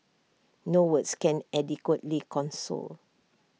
no words can adequately console